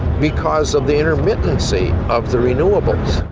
because of the intermittency of the renewables.